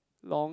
long